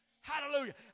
Hallelujah